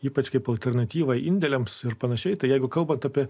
ypač kaip alternatyvą indėliams ir pan tai jeigu kalbant apie